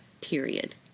period